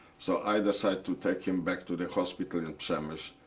so i decided to take him back to the hospital in przemysl.